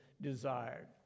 desired